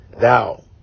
thou